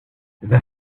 the